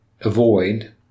avoid